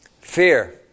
Fear